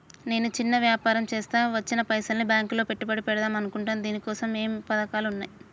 నేను చిన్న వ్యాపారం చేస్తా వచ్చిన పైసల్ని బ్యాంకులో పెట్టుబడి పెడదాం అనుకుంటున్నా దీనికోసం ఏమేం పథకాలు ఉన్నాయ్?